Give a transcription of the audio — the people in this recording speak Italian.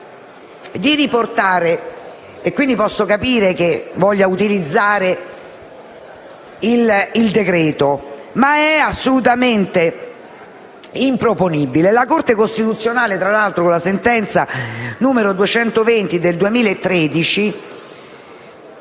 bancario e quindi posso capire che voglia utilizzare il decreto‑legge, ma è assolutamente improponibile. La Corte costituzionale, tra l'altro, con la sentenza n. 220 del 2013,